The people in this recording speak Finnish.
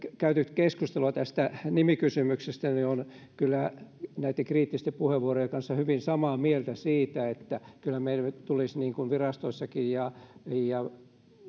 käyty keskustelua tästä nimikysymyksestä niin itse olen kyllä näitten kriittisten puheenvuorojen kanssa hyvin samaa mieltä siinä että kyllä meidän tulisi virastoissakin